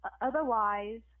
otherwise